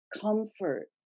comfort